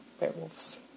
werewolves